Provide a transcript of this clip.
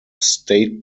state